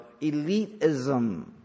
elitism